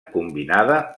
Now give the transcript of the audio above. combinada